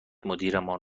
مدیرمان